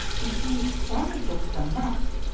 you see, sammy gets them next.